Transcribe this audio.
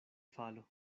falo